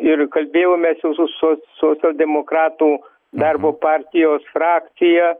ir kalbėjomės jau su soc socialdemokratų darbo partijos frakcija